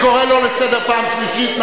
אני קורא אותו לסדר פעם שלישית.